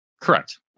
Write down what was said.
Correct